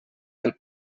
del